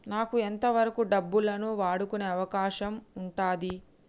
నాకు ఎంత వరకు డబ్బులను వాడుకునే అవకాశం ఉంటది?